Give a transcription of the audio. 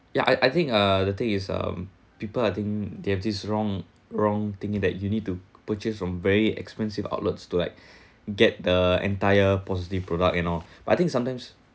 ya I I think uh the thing is um people I think they have this wrong wrong thinking that you need to purchase from very expensive outlets to like get the entire positive product and all but I think sometimes